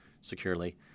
securely